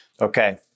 Okay